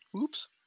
Oops